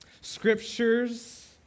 Scriptures